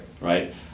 Right